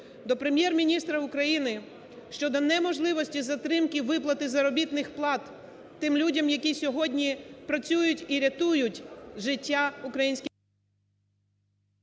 до Прем’єр-міністра України щодо неможливості затримки виплати заробітних плат тим людям, які сьогодні працюють і рятують життя українських…